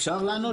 אפשר לענות?